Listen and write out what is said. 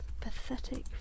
Pathetic